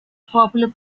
popular